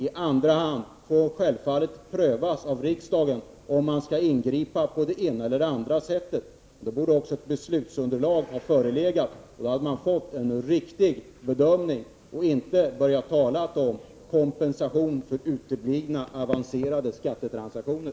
I andra hand får man självfallet pröva i riksdagen om det skall ingripas på det ena eller andra sättet. Det bör då föreligga ett beslutsunderlag så att man kan göra en riktig bedömning och inte behöver tala om kompensation för uteblivna avancerade skattetransaktioner.